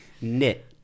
Knit